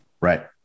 Right